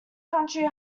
county